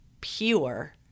Pure